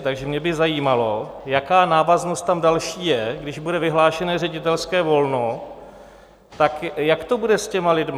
Takže mě by zajímalo, jaká návaznost tam další je, když bude vyhlášené ředitelské volno, tak jak to bude s těmi lidmi?